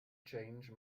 change